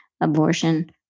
Abortion